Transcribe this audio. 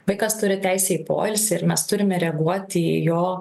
vaikas turi teisę į poilsį ir mes turime reaguoti į jo